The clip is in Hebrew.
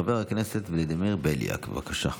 חבר הכנסת ולדימיר בליאק, בבקשה.